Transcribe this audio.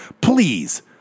please